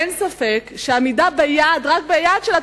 אין ספק שעמידה ביעד, רק ביעד של התוכנית,